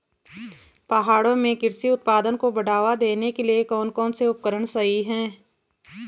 पहाड़ों में कृषि उत्पादन को बढ़ावा देने के लिए कौन कौन से उपकरण सही हैं?